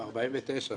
ב-1949.